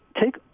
take